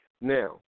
Now